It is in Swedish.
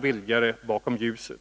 Socialdemokraternas agerande i de kommunala frågorna före och efter